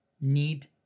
need